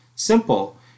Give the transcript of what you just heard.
Simple